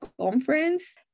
conference